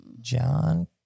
John